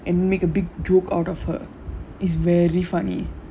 and make a big joke out of her is very funny